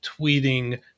tweeting